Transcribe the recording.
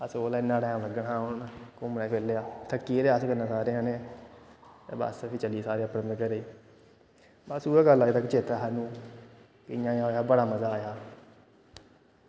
असें बोलेआ इन्ना टैम लग्गना हा हून घूमने फिरने दा थक्की गेदे हे कन्नै अस सारे जने ते बस फ्ही चली गे अपने अपने घरै गी बस उ'ऐ गल्ल अज्ज तक चेता ऐ सानूं इ'यां इ'यां होएआ बड़ा मज़ा आया